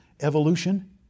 evolution